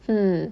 hmm